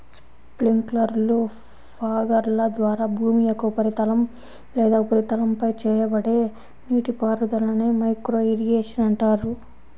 స్ప్రింక్లర్లు, ఫాగర్ల ద్వారా భూమి యొక్క ఉపరితలం లేదా ఉపరితలంపై చేయబడే నీటిపారుదలనే మైక్రో ఇరిగేషన్ అంటారు